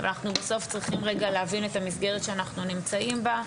אנחנו בסוף צריכים להבין את המסגרת שאנחנו נמצאים בה,